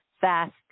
fast